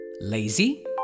Lazy